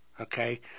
Okay